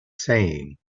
saying